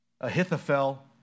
Ahithophel